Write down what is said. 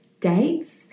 dates